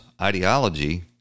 ideology